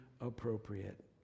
appropriate